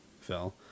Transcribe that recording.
Phil